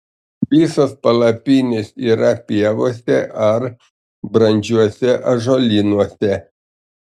visos palapinės yra pievose ar brandžiuose ąžuolynuose